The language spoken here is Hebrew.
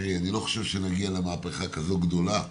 אני לא חושב שנגיע למהפכה כזו גדולה,